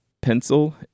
pencil